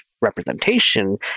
representation